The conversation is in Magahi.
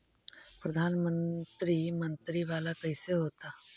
प्रधानमंत्री मंत्री वाला कैसे होता?